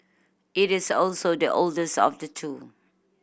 it is also the oldest of the two